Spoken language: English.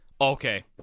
okay